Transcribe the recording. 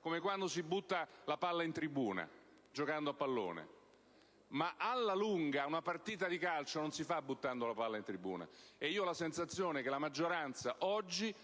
come quando si butta la palla in tribuna giocando a pallone, ma alla lunga una partita di calcio non si gioca così. E ho proprio la sensazione che la maggioranza oggi